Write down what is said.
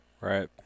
right